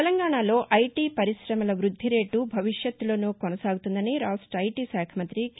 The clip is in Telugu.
తెలంగాణలో ఐటీ పరికమల వృద్ది రేటు భవిష్యత్తులోనూ కొనసాగుతుందని రాష్ట ఐటీ శాఖ మంతి కె